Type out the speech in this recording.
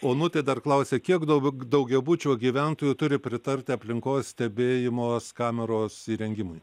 onutė dar klausia kiek daug daugiabučio gyventojų turi pritarti aplinkos stebėjimo kameros įrengimui